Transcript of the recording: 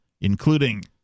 including